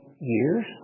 years